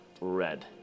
red